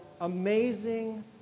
amazing